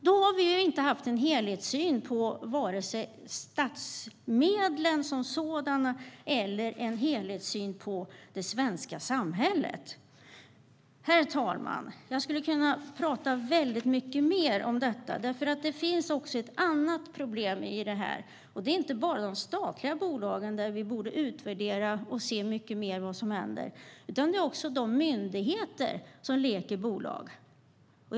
Då har vi inte haft en helhetssyn på vare sig statsmedlen som sådana eller det svenska samhället. Herr talman! Jag skulle kunna prata mycket mer om detta. Det finns också ett annat problem. Det handlar inte bara om de statliga bolagen, där vi borde utvärdera och se mycket mer vad som händer, utan också om de myndigheter som leder till bolag.